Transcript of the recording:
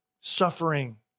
suffering